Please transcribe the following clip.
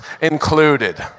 included